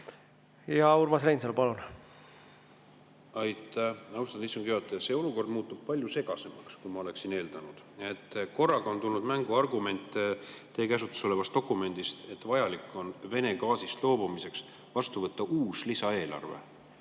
Urmas Reinsalu, palun! Aitäh, austatud istungi juhataja! See olukord muutub palju segasemaks, kui ma oleksin eeldanud. Korraga on tulnud mängu argument teie käsutuses olevast dokumendist, et Vene gaasist loobumiseks on vaja vastu võtta uus lisaeelarve.